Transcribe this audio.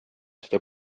seda